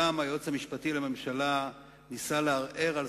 גם היועץ המשפטי לממשלה ניסה לערער על